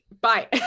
bye